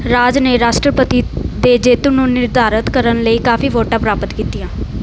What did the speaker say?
ਰਾਜ ਨੇ ਰਾਸ਼ਟਰਪਤੀ ਦੇ ਜੇਤੂ ਨੂੰ ਨਿਰਧਾਰਤ ਕਰਨ ਲਈ ਕਾਫ਼ੀ ਵੋਟਾਂ ਪ੍ਰਾਪਤ ਕੀਤੀਆਂ